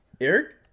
eric